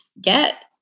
get